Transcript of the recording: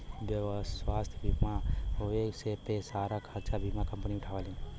स्वास्थ्य बीमा होए पे सारा खरचा बीमा कम्पनी उठावेलीन